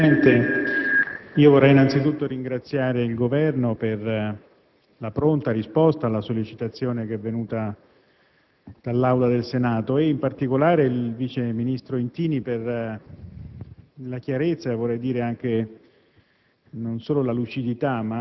Signor Presidente, vorrei innanzitutto ringraziare il Governo per la pronta risposta alla sollecitazione venuta dall'Assemblea del Senato e, in particolare, il vice ministro Intini per la chiarezza, vorrei dire non